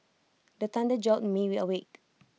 the thunder jolt me awake